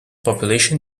population